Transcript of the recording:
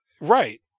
Right